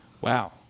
Wow